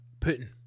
Putin